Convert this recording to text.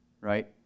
Right